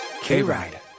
K-Ride